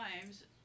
Times